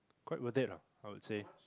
quite worth it lah I would say